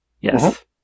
Yes